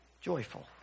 joyful